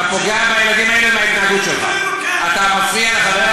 רציתי לענות, אבל אתה מחפש משהו.